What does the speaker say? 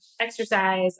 exercise